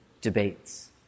debates